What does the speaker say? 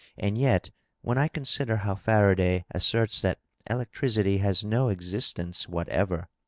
and yet when i consider how faraday asserts that elec tricity has no existence whatever,